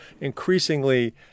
increasingly